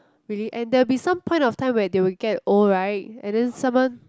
really and there will be some point of time where they will get old right and then someone